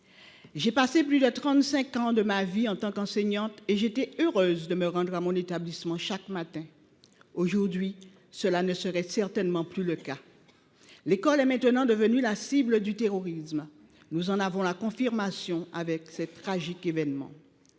J’ai passé plus de trente cinq ans de ma vie à enseigner et j’étais heureuse de me rendre à mon établissement chaque matin. Aujourd’hui, cela ne serait certainement plus le cas. L’école est devenue la cible du terrorisme. Nous en avons la confirmation avec ces tragiques événements.